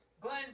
Glenn